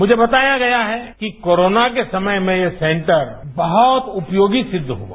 मुझे बताया गया है कि कोरोना के समय में ये सेंटर बहुत उपयोगी सिद्ध हुआ